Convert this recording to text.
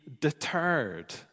deterred